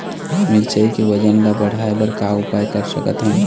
मिरचई के वजन ला बढ़ाएं बर का उपाय कर सकथन?